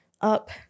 up